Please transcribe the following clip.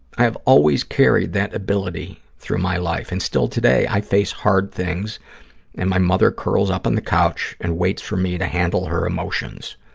i have always carried that ability through my life, and still today i face hard things and my mother curls up on the couch and waits for me to handle her emotions.